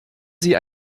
sie